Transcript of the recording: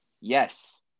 yes